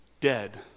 dead